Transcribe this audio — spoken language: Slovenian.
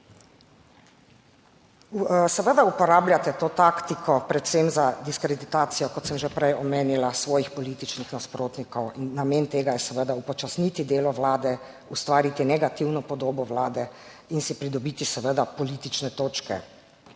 Seveda uporabljate to taktiko, predvsem za diskreditacijo, kot sem že prej omenila, svojih političnih nasprotnikov in namen tega je seveda upočasniti delo Vlade, ustvariti negativno podobo Vlade in si pridobiti seveda politične točke.